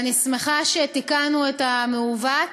ואני שמחה שתיקנו את המעוות.